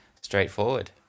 straightforward